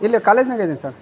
ಇಲ್ಲೇ ಕಾಲೇಜ್ನಾಗ ಇದೇನೆ ಸರ್